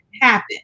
happen